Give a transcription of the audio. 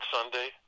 Sunday